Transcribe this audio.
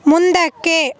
ಮುಂದಕ್ಕೆ